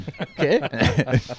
okay